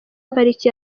pariki